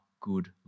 good